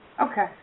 Okay